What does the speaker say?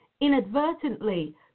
inadvertently